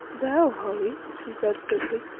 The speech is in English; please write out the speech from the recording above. thou, holly, she said quickly,